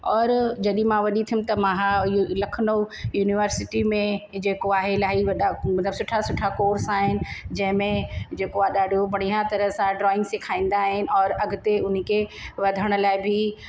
और जॾहिं मां वॾी थियमि त मां इहो लखनऊ यूनिवर्सिटी में जेको आहे इलाही वॾा मतलबु सुठा सुठा कोर्स आहिनि जंहिं में जेको आहे ॾाढो बढ़िया तरह सां ड्रॉंइग सेखारींदा आहिनि और अॻिते हुनखे वधण लाइ बि